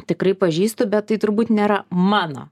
tikrai pažįstu bet tai turbūt nėra mano